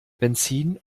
benzin